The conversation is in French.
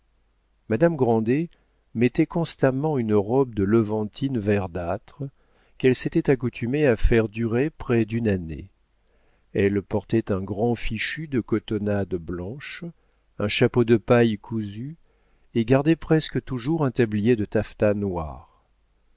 madame grandet mettait constamment une robe de levantine verdâtre qu'elle s'était accoutumée à faire durer près d'une année elle portait un grand fichu de cotonnade blanche un chapeau de paille cousue et gardait presque toujours un tablier de taffetas noir